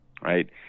right